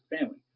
family